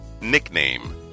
Nickname